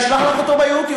אני אשלח לך אותו ביוטיוב.